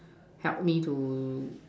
help me to